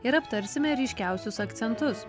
ir aptarsime ryškiausius akcentus